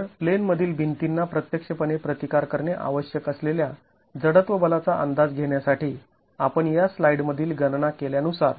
तर प्लेन मधील भिंतींना प्रत्यक्ष पणे प्रतिकार करणे आवश्यक असलेल्या जडत्व बलाचा अंदाज घेण्यासाठी आपण या स्लाईड मधील गणना केल्या नुसार